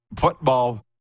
football